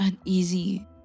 uneasy